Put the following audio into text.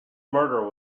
murder